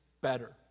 better